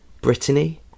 Brittany